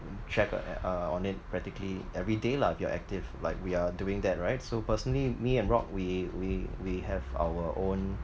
check uh at uh on it practically every day lah if you're active like we are doing that right so personally me and rock we we we have our own